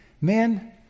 Men